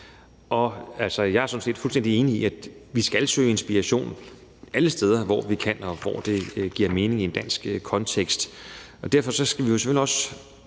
Jeg er sådan set fuldstændig enig i, at vi skal søge inspiration alle steder, hvor vi kan, og hvor det giver mening i en dansk kontekst. Derfor skal vi selvfølgelig også